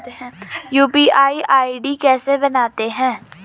UPI ID कैसे बनाते हैं?